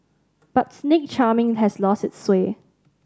but snake charming has lost its sway